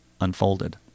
unfolded